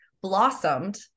blossomed